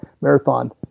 marathon